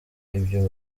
ibyo